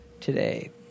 today